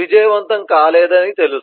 విజయవంతం కాలేదని తెలుసు